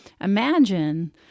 imagine